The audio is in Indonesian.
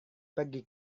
pergi